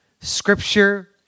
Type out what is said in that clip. scripture